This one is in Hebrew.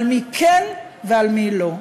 על מי כן ומי לא.